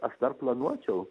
aš dar planuočiau